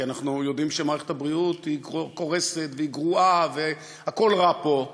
כי אנחנו יודעים שמערכת הבריאות קורסת והיא גרועה והכול רע פה,